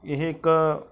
ਇਹ ਇੱਕ